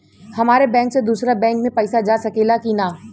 हमारे बैंक से दूसरा बैंक में पैसा जा सकेला की ना?